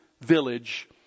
village